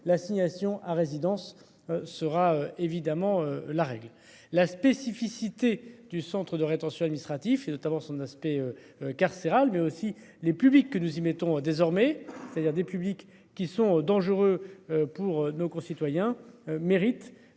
l'assignation à résidence. Sera évidemment la règle la spécificité du centre de rétention administratif et notamment son aspect carcéral mais aussi les publics que nous y mettons désormais c'est-à-dire des publics qui sont dangereux pour nos concitoyens méritent.